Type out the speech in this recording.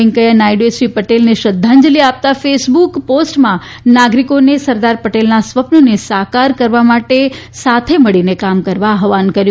વેંકૈયા નાયડુએ શ્રી પટેલને શ્રદ્ધાંજલિ આપતા ફેસબુક પોસ્ટમાં નાગરિકોને સરદાર પટેલના સ્વપ્નને સાકાર કરવા માટે સાથે મળીને કામ કરવા આહ્રાન કર્યું